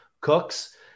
cooks